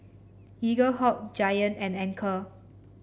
Eaglehawk Giant and Anchor